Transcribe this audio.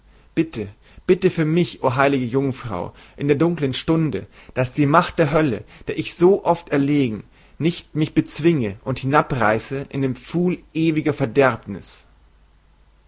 bitte bitte für mich o heilige jungfrau in der dunklen stunde daß die macht der hölle der ich so oft erlegen nicht mich bezwinge und hinabreiße in den pfuhl ewiger verderbnis